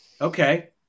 okay